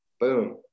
boom